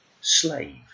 slave